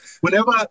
Whenever